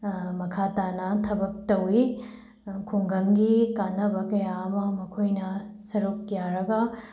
ꯃꯈꯥ ꯇꯥꯅ ꯊꯕꯛ ꯇꯧꯏ ꯈꯨꯡꯒꯪꯒꯤ ꯀꯥꯟꯅꯕ ꯀꯌꯥ ꯑꯃ ꯃꯈꯣꯏꯅ ꯁꯔꯨꯛ ꯌꯥꯔꯒ